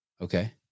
Okay